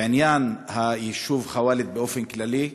בעניין היישוב ח'וואלד באופן כללי,